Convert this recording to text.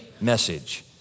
message